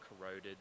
corroded